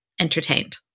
entertained